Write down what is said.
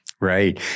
Right